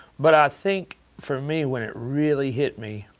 but i think, for me, when it really hit me,